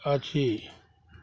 अछि